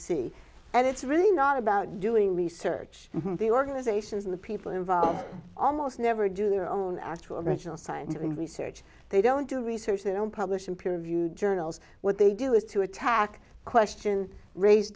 see and it's really not about doing research the organizations in the people involved almost never do their own actually original scientific research they don't do research they don't publish in peer reviewed journals what they do is to attack question raised